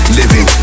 living